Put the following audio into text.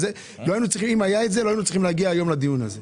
אם היה את זה לא היינו צריכים להגיע לדיון הזה.